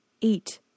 Eat